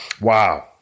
wow